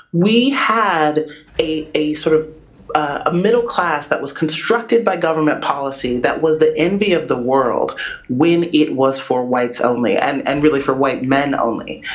we had a a sort of a middle class that was constructed by government policy that was the envy of the world when it was for whites only, and and really for white men only.